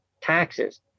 taxes